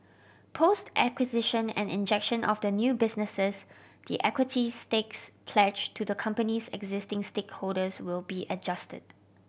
post acquisition and injection of the new businesses the equity stakes pledged to the company's existing stakeholders will be adjusted